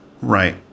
Right